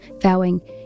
vowing